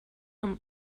from